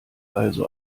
also